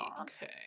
okay